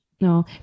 No